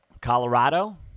Colorado